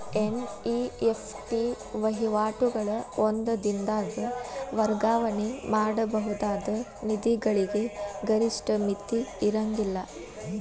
NEFT ವಹಿವಾಟುಗಳು ಒಂದ ದಿನದಾಗ್ ವರ್ಗಾವಣೆ ಮಾಡಬಹುದಾದ ನಿಧಿಗಳಿಗೆ ಗರಿಷ್ಠ ಮಿತಿ ಇರ್ಂಗಿಲ್ಲಾ